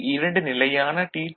இங்கு 2 நிலையான டி